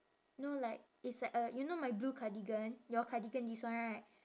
no like it's like a you know my blue cardigan your cardigan this one right